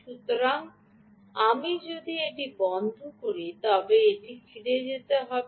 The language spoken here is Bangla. সুতরাং আমি যদি এটি বন্ধ করি তবে 0 থেকে ফিরে যেতে হবে